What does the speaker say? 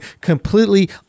completely